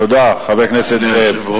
תודה, חבר הכנסת זאב.